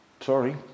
sorry